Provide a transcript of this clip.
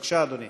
בבקשה, אדוני.